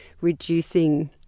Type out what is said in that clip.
reducing